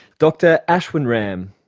dr ashwin ram.